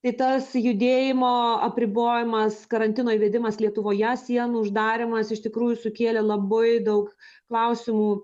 tai tas judėjimo apribojimas karantino įvedimas lietuvoje sienų uždarymas iš tikrųjų sukėlė labai daug klausimų